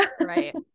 Right